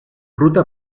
ruta